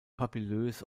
papillös